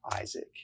Isaac